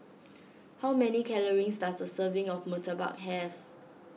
how many calories does a serving of Murtabak have